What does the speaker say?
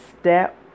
step